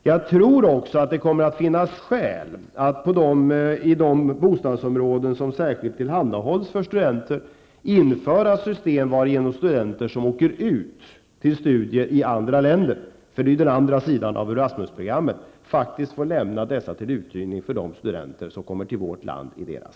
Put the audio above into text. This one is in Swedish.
Jag tror också att det kommer att finnas skäl att i de bostadsområden som särskilt tillhandahålls för studenter införa system varigenom studenter som åker ut för att studera i andra länder -- det är den andra sidan av Erasmus-programmet -- får lämna sina bostäder till uthyrning till de studenter som kommer till vårt land i deras ställe.